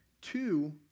Two